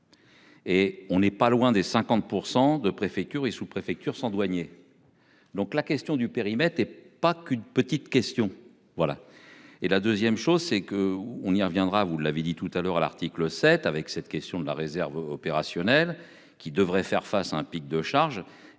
Et on est pas loin des 50% de préfectures et sous-, préfectures sans douanier. Donc la question du périmètre est pas qu'une petite question. Voilà et la 2ème chose c'est que on y reviendra, vous l'avez dit tout à l'heure à l'article 7. Avec cette question de la réserve opérationnelle qui devrait faire face à un pic de charges.